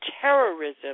terrorism